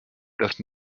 dass